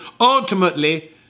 ultimately